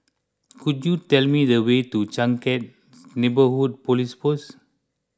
could you tell me the way to Changkat Neighbourhood Police Post